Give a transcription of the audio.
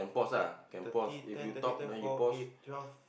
eh thirty ten thirty ten four eight twelve